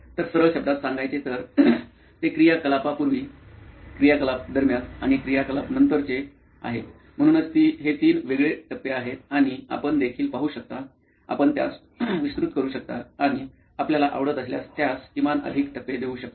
तर सरळ शब्दात सांगायचे तर ते क्रियाकलापांपूर्वी क्रियाकलाप दरम्यान आणि क्रियाकलापानंतरचे आहे म्हणूनच हे तीन वेगळे टप्पे आहेत आणि आपण देखील पाहू शकता आपण त्यास विस्तृत करू शकता आणि आपल्याला आवडत असल्यास त्यास किमान अधिक टप्पे देऊ शकता